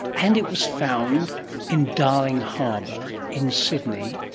and it was found in darling harbour in sydney,